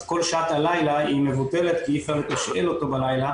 אז כל שעת הלילה מבוטלת כי אי אפשר לתשאל אותו בלילה,